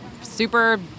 Super